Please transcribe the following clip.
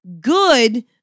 good